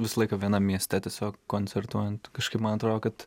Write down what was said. visą laiką vienam mieste tiesiog koncertuojant kažkaip man atrodo kad